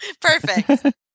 perfect